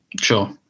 Sure